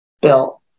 bill